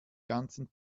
ganzen